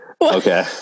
Okay